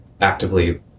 actively